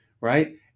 right